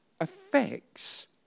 affects